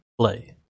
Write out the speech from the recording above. play